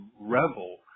revel